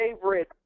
Favorite